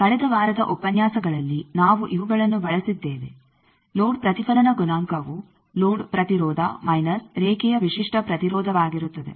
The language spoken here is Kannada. ಕಳೆದ ವಾರದ ಉಪನ್ಯಾಸಗಳಲ್ಲಿ ನಾವು ಇವುಗಳನ್ನು ಬಳಸಿದ್ದೇವೆ ಲೋಡ್ ಪ್ರತಿಫಲನ ಗುಣಾಂಕವು ಲೋಡ್ ಪ್ರತಿರೋಧ ಮೈನಸ್ ರೇಖೆಯ ವಿಶಿಷ್ಟ ಪ್ರತಿರೋಧವಾಗಿರುತ್ತದೆ